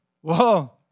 whoa